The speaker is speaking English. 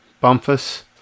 Bumpus